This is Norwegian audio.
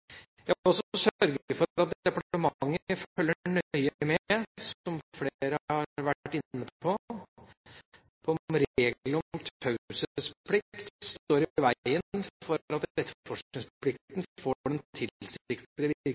Jeg vil også sørge for at departementet følger nøye med på – som flere har vært inne på – om reglene om taushetsplikt står i veien for at etterforskningsplikten